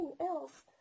else